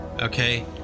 okay